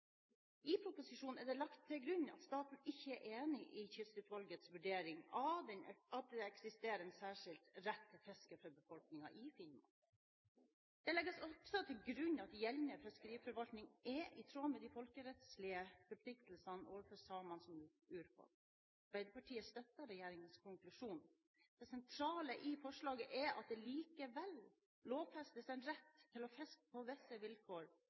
I proposisjonen er det lagt til grunn at staten ikke er enig i Kystfiskeutvalgets vurdering av at det eksisterer en særskilt rett til fiske for befolkningen i Finnmark. Det legges også til grunn at gjeldende fiskeriforvaltning er i tråd med de folkerettslige forpliktelsene overfor samene som urfolk. Arbeiderpartiet støtter regjeringens konklusjon. Den sentrale i forslaget er at det likevel lovfestes en rett til å fiske – på visse vilkår